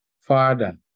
Father